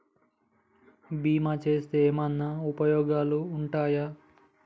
బీమా చేస్తే ఏమన్నా ఉపయోగాలు ఉంటయా?